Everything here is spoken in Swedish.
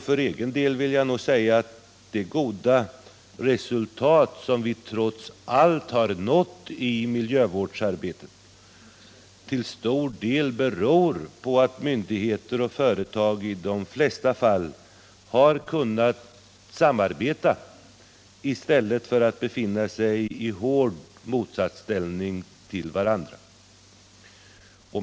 För egen del anser jag att det goda resultat som vi trots allt har nått i miljövårdsarbetet till stor del beror på att myndigheter och företag i de flesta fall har kunnat samarbeta i stället för att befinna sig i hård motsatsställning till varandra.